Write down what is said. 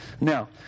Now